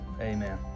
Amen